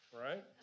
right